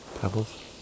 pebbles